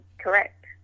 correct